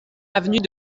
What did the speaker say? avenue